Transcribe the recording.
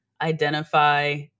identify